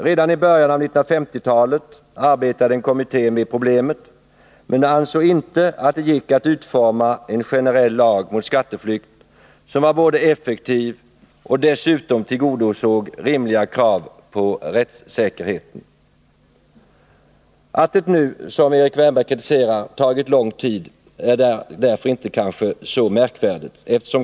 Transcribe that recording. Redan i början av 1950-talet arbetade en kommitté med problemet, men den ansåg inte att det gick att utforma en generell lag mot skatteflykt som var både effektiv och dessutom tillgodosåg rimliga krav på rättssäkerhet. Att det nu, som Erik Wärnberg kritiserar, har tagit lång tid är kanske inte så märkligt.